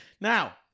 Now